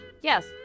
yes